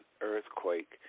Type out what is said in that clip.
earthquake